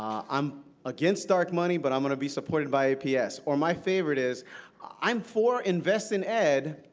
i'm against dark money, but i'm going to be supported by aps. or my favorite is i'm for invest in ed,